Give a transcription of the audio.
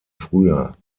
früher